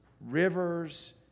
rivers